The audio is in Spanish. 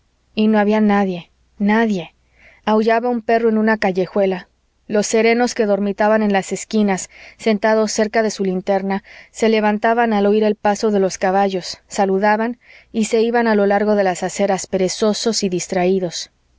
y no había nadie nadie aullaba un perro en una callejuela los serenos que dormitaban en las esquinas sentados cerca de su linterna se levantaban al oir el paso de los caballos saludaban y se iban a lo largo de las aceras perezosos y distraídos